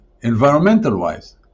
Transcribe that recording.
environmental-wise